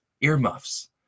earmuffs